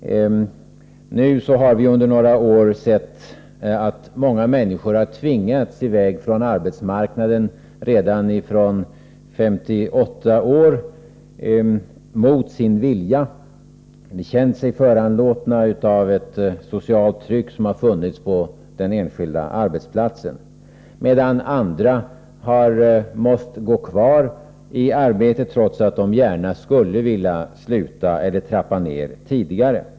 Nu har vi under några år sett att många människor har tvingats i väg från arbetsmarknaden redan vid 58 års ålder. Det har skett mot deras vilja. De har känt sig föranlåtna att sluta av ett socialt tryck på den enskilda arbetsplatsen. Andra däremot har måst gå kvar i arbetet trots att de gärna hade slutat eller trappat ned tidigare.